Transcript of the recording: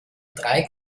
drei